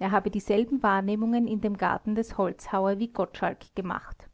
er habe dieselben wahrnehmungen in dem garten des holzhauer wie gottschalk gemacht